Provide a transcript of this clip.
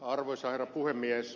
arvoisa herra puhemies